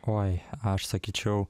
oi aš sakyčiau